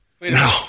No